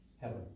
Heaven